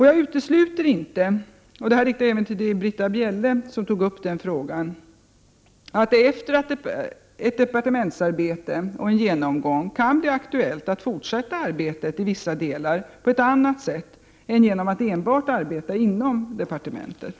Jag utesluter inte, och här riktar jag mig även till Britta Bjelle som tog upp frågan, att det efter ett departementsärbete och en genomgång kan bli aktuellt att fortsätta arbetet i vissa delar på ett annat sätt än genom att enbart arbeta inom departementet.